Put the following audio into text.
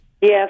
Yes